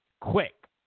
quick